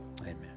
Amen